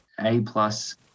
A-plus